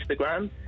Instagram